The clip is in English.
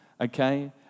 Okay